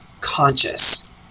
conscious